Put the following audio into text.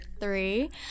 three